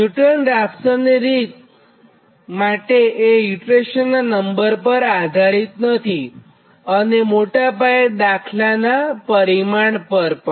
Newton Raphson રીત માટે એ ઈટરેશનનાં નંબર પર આધારિત નથીઅને મોટા પાયે દાખલાનાં પરિમાણ પર પણ